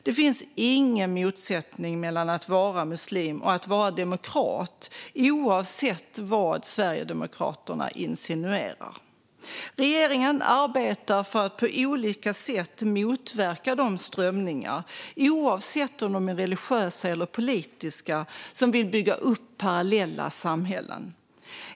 Det finns ingen motsättning mellan att vara muslim och att vara demokrat, oavsett vad Sverigedemokraterna insinuerar. Regeringen arbetar för att på olika sätt motverka de strömningar, oavsett om de är religiösa eller politiska, som vill bygga upp parallella samhällen.